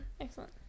excellent